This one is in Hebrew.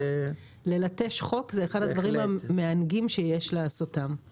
ללטש חוק, זה אחד הדברים המענגים שיש לעשותם.